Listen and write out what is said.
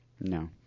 No